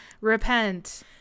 Repent